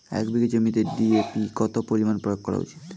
এক বিঘে জমিতে ডি.এ.পি কত পরিমাণ প্রয়োগ করা উচিৎ?